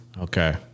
Okay